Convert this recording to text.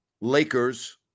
Lakers